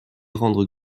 rendre